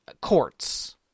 courts